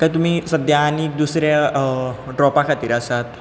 काय तुमी सद्या आनी दुसऱ्या ड्रॉपा खातीर आसात